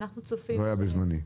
לא היית בזמני.